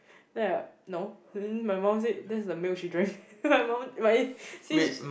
then I no then my mum said that's the milk she drank then my mum my sis